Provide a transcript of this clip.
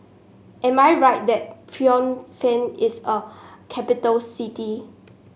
am I right that Phnom Penh is a capital city